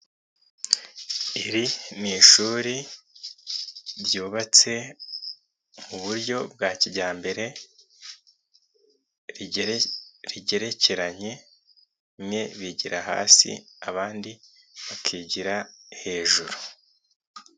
Iri ni ishuri ryubatse mu buryo bwa kijyamberegere, rigekeranye bigira hasi abandi bakigira hejuru.